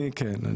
כן.